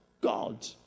God